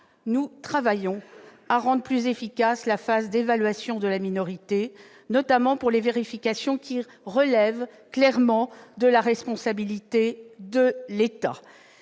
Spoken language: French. Nous travaillons à rendre plus efficace la phase d'évaluation de la minorité, notamment les vérifications qui relèvent clairement de la responsabilité de l'État.